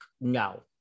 No